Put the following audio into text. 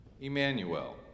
Emmanuel